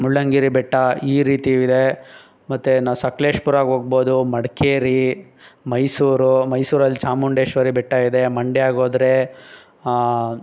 ಮುಳ್ಳಂಗಿರಿ ಬೆಟ್ಟ ಈ ರೀತಿ ಇದೆ ಮತ್ತು ನ ಸಕ್ಲೇಶ್ಪುರಾಗೆ ಹೋಗ್ಬೋದು ಮಡಿಕೇರಿ ಮೈಸೂರು ಮೈಸೂರಲ್ಲಿ ಚಾಮುಂಡೇಶ್ವರಿ ಬೆಟ್ಟ ಇದೆ ಮಂಡ್ಯಾಗೆ ಹೋದ್ರೆ